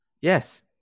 Yes